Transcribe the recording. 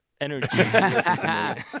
energy